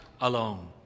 alone